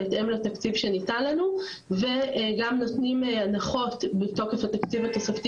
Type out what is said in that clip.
בהתאם לתקציב שניתן לנו וגם נותנים הנחות בתוקף התקציב התוספתי